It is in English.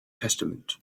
testament